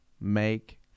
make